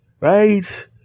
Right